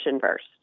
first